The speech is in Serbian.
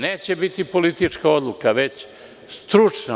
Neće biti politička odluka, već stručna.